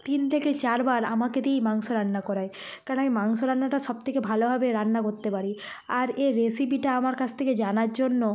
তিন থেকে চারবার আমাকে দিয়েই মাংস রান্না করায় কারণ আমি মাংস রান্নাটা সবথেকে ভালোভাবে রান্না করতে পারি আর এর রেসিপিটা আমার কাছ থেকে জানার জন্য